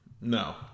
No